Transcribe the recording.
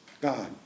God